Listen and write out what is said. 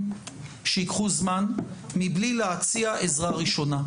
שייקחו זמן מבלי להציע עזרה ראשונה.